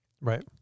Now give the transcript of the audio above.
Right